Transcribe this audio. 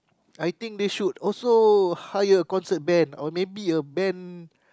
I think they should also hire a concert band or maybe a band